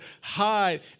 hide